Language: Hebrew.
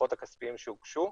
בדוחות הכספיים שהוגשו.